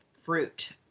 fruit